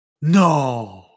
No